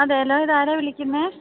അതെയല്ലോ ഇത് ആരാണ് വിളിക്കുന്നത്